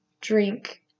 drink